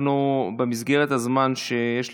במסגרת הזמן שיש לך,